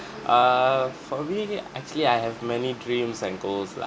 err for me actually I have many dreams and goals lah